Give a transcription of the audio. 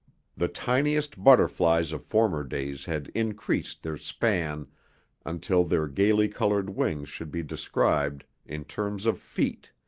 the tiniest butterflies of former days had increased their span until their gaily colored wings should be described in terms of feet,